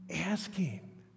asking